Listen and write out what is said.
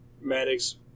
Maddox